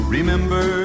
Remember